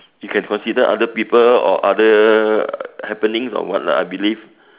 you can consider other people or other happenings or what lah I believe